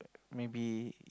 maybe